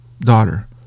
daughter